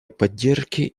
поддержки